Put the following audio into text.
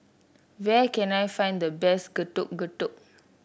where can I find the best Getuk Getuk